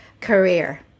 career